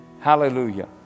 Hallelujah